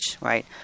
right